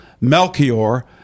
Melchior